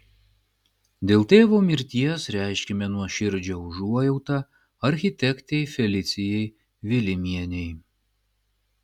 dėl tėvo mirties reiškiame nuoširdžią užuojautą architektei felicijai vilimienei